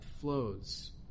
flows